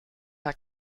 der